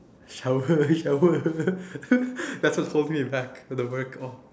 shower shower that's what holds me back the work oh